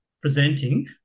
presenting